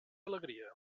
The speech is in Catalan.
alegria